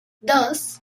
dos